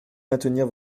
maintenir